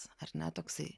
ar ne toksai